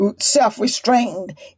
self-restrained